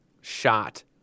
shot